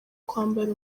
kwambara